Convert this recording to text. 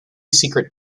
secret